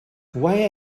why